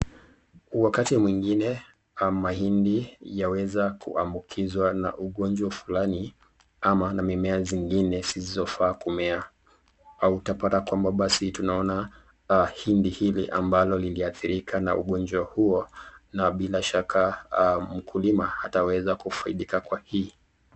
Wakati mwingine, mahindi yaweza kuambukizwa na ugonjwa fulani ama na mimea zingine zisizofaa kumea. Au utapata kwamba basi tunaona hindi hili ambalo liliathirika na ugonjwa huo na bila shaka mkulima hataweza kufaidika kwa hii.